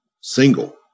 single